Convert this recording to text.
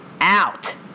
out